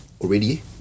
already